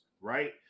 right